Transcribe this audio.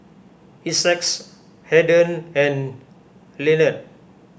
Essex Haden and Lenard